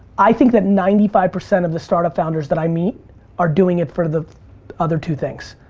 i think that ninety five percent of the startup founders that i meet are doing it for the other two things.